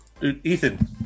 Ethan